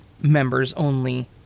members-only